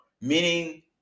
meaning